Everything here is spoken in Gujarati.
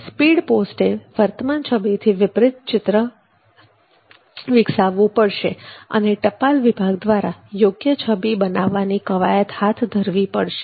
સ્પીડ પોસ્ટએ વર્તમાન છબીથી વિપરીત ઇચ્છિત છબી ધરાવતું ચિત્ર વિકસાવવુ પડશે અને ટપાલ વિભાગ દ્વારા યોગ્ય છબી બનાવવાની કવાયત હાથ ધરવી પડશે